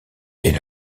est